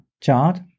chart